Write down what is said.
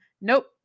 Nope